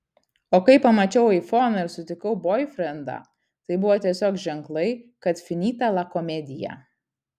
o kai pamačiau aifoną ir sutikau boifrendą tai buvo tiesiog ženklai kad finita la komedija